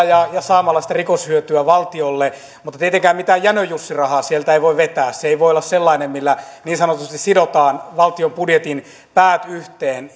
ja saamalla rikoshyötyä valtiolle mutta tietenkään mitään jänöjussirahaa sieltä ei voi vetää se ei voi olla sellainen millä niin sanotusti sidotaan valtion budjetin päät yhteen